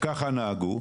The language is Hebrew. ככה נהגו.